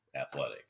athletic